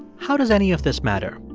how does any of this matter?